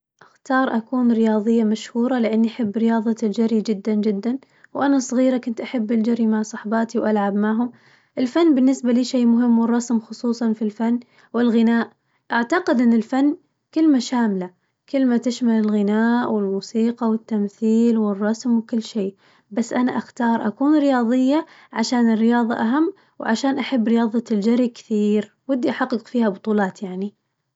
أختار أكون رياضية مشهورة لأني أحب رياضة الجري جداً جداً، وأنا صغيرة كنت أحب الجري مع صحباتي وألعب معهم، الفن بالنسبة لي شي مهم والرسم خصوصاً في الفن والغناء، أعتقد إن الفن كلمة شاملة كلمة تشمل الغناء والموسيقى والتمثيل والرسم وكل شي، بس أنا أختار أكون رياضية عشان الرياضة أهم، وعشان أحب رياضة الجري كثير ودي أحقق فيها بطولات يعني.